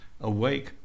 awake